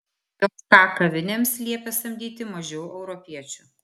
jk kavinėms liepė samdyti mažiau europiečių